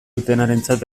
dutenarentzat